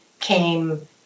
came